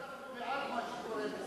אתה לא באמת חושב שאנחנו בעד מה שקורה.